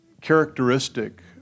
characteristic